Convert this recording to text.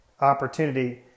opportunity